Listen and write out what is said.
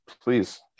Please